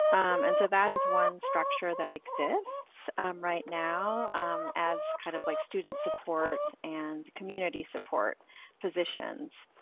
and so that is one structure that exists right now as kind of like student support and community support positions.